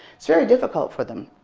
it's very difficult for them.